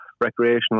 recreational